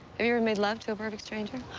ever made love to a perfect stranger?